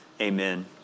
Amen